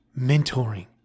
mentoring